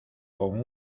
con